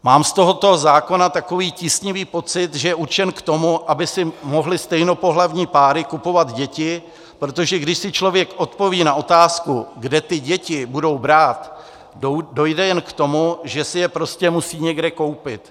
Mám z tohoto zákona takový tísnivý pocit, že je určen k tomu, aby si mohly stejnopohlavní páry kupovat děti, protože když si člověk odpoví na otázku, kde ty děti budou brát, dojde jen k tomu, že si je prostě musí někde koupit.